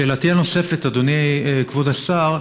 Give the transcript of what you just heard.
שאלתי הנוספת, אדוני כבוד השר: